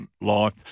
life